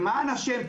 למען השם,